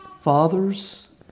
Fathers